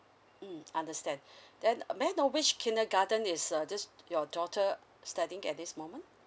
mm understand then may I know which kindergarten is uh this your daughter studying at this moment